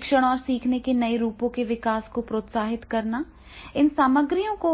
शिक्षण और सीखने के नए रूपों के विकास को प्रोत्साहित करना इन सामग्रियों को